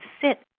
sit